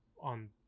on